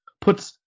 puts